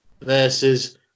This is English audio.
versus